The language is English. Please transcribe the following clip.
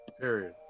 Period